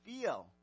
feel